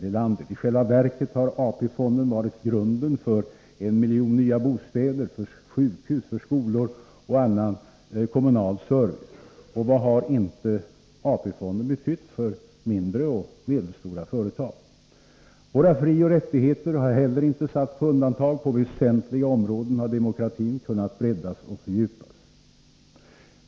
I själva verket har AP-fonden varit grunden för en miljon nya bostäder, för sjukhus, skolor och annan kommunal service. Och vad har inte AP-fonden betytt för mindre och medelstora företag. Våra frioch rättigheter har heller inte satts på undantag. På väsentliga områden har demokratin kunnat breddas och fördjupas.